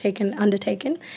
undertaken